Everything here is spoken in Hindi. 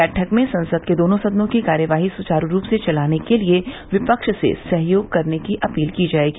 बैठक में संसद के दोनों सदनों की कार्यवाही सुवारु रूप से चलाने के लिए विपक्ष से सहयोग करने की अपील की जाएगी